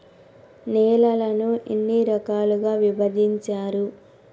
నేలలను ఎన్ని రకాలుగా విభజించారు?